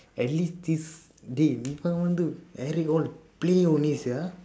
at least this dey இவன் வந்து:ivan vandthu eric all play only sia